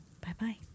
Bye-bye